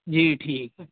جی ٹھیک ہے